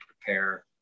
prepare